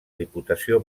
diputació